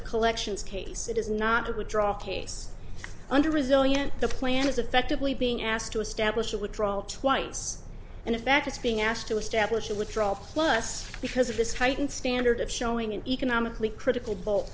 a collections case it is not to drop case under resilient the plan is effectively being asked to establish a withdrawal twice and in fact it's being asked to establish a withdrawal plus because of this heightened standard of showing an economically critical bo